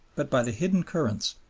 but by the hidden currents,